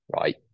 right